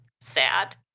sad